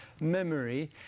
memory